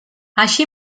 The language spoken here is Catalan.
així